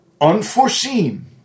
unforeseen